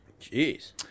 Jeez